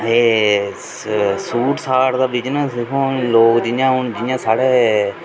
एह् सूट साट दा बिजनेस दिक्खो हां लोग जि'यां जि'यां साढ़े